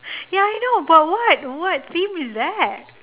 ya I know but what what theme is that